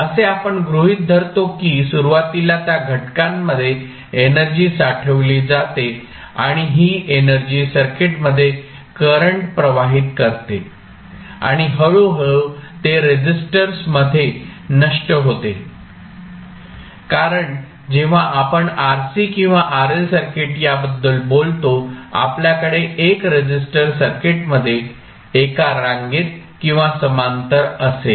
असे आपण गृहित धरतो की सुरुवातीला त्या घटकांमध्ये एनर्जी साठवली जाते आणि ही एनर्जी सर्किटमध्ये करंट प्रवाहित करते आणि हळूहळू ते रेसिस्टर्समध्ये नष्ट होते कारण जेव्हा आपण RC किंवा RL सर्किट याबद्दल बोलतो आपल्याकडे एक रेसिस्टर सर्किटमध्ये एका रांगेत किंवा समांतर असेल